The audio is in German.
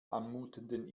anmutenden